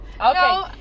Okay